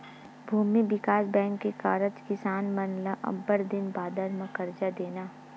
भूमि बिकास बेंक के कारज किसान मन ल अब्बड़ दिन बादर म करजा देना